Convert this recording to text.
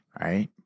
right